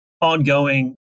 ongoing